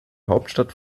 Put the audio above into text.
hauptstadt